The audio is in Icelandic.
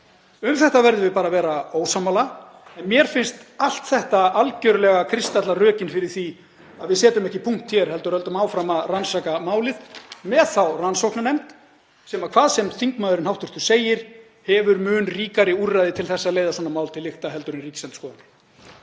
Um þetta verðum við bara að vera ósammála. Mér finnst allt þetta algerlega kristalla rökin fyrir því að við setjum ekki punkt hér heldur höldum áfram að rannsaka málið með rannsóknarnefnd sem hefur, hvað sem hv. þingmaður segir, mun ríkari úrræði til að leiða svona mál til lykta en Ríkisendurskoðun.